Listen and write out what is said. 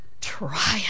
triumph